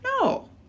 No